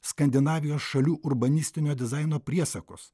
skandinavijos šalių urbanistinio dizaino priesakus